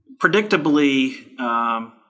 Predictably